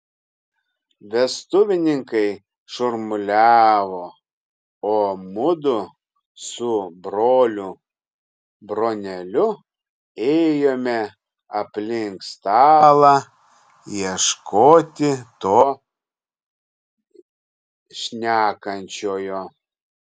vestuvininkai šurmuliavo o mudu su broliu broneliu ėjome aplink stalą ieškoti to šnekančiojo